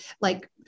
like-